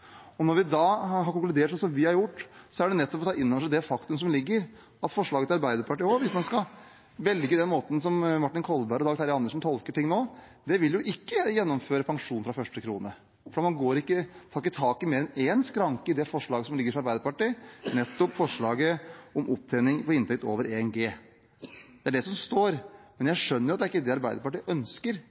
Når vi har konkludert sånn som vi har gjort, er det nettopp for at man skal ta inn over seg det faktum som foreligger, at forslaget fra Arbeiderpartiet – og …… velge den måten som Martin Kolberg og Dag Terje Andersen tolker ting på nå – vil ikke gjennomføre pensjon fra første krone, for man tar ikke tak i mer enn én skranke i det forslaget som foreligger fra Arbeiderpartiet, nettopp opptjening på inntekt over 1G. Det er det som står, men jeg skjønner jo at det ikke er det Arbeiderpartiet ønsker.